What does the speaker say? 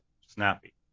snappy